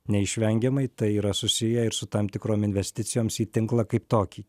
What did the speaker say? neišvengiamai tai yra susiję ir su tam tikrom investicijoms į tinklą kaip tokį